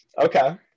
Okay